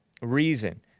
reason